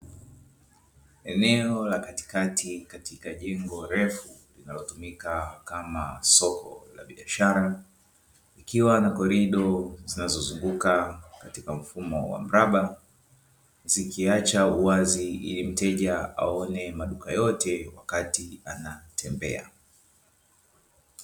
Eneo la katikati katika jengo refu linalotumika kama soko la biashara, ikiwa na korido zinazozunguka katika mfumo wa mraba zikiacha uwazi ili mteja aone maduka yote wakati anatembea.